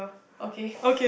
okay